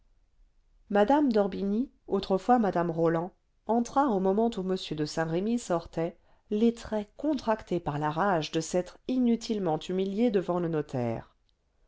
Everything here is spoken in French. mme roland entra au moment où m de saint-remy sortait les traits contractés par la rage de s'être inutilement humilié devant le notaire